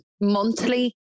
monthly